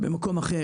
והשני במקום אחר,